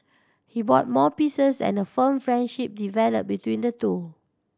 he bought more pieces and a firm friendship developed between the two